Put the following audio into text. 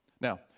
Now